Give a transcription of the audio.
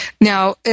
Now